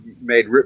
made